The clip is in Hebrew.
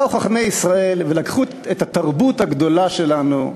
באו חכמי ישראל ולקחו את התרבות הגדולה שלנו,